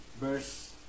verse